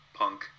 punk